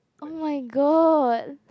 oh my god